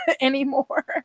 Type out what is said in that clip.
anymore